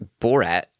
Borat